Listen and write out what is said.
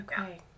Okay